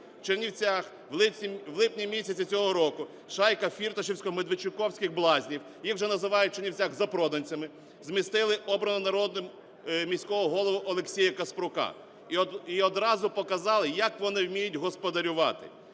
Чернівцях в липні-місяці цього року шайка фірташо-медведчуковських блазнів (їх вже називають в Чернівцях запроданцями) змістили обраного народом міського голову Олексія Каспрука і одразу показали, як вони вміють господарювати.